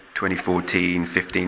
2014-15